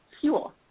fuel